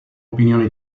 opinioni